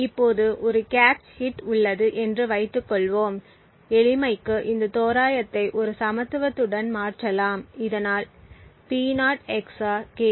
இப்போது ஒரு cache hit உள்ளது என்று வைத்துக் கொள்வோம் எளிமைக்கு இந்த தோராயத்தை ஒரு சமத்துவத்துடன் மாற்றலாம் இதனால் P0 XOR K0 P4 XOR K4 க்கு சமம்